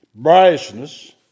brashness